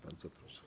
Bardzo proszę.